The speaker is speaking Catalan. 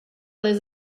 des